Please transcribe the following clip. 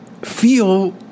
feel